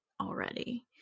already